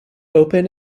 open